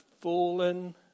fallen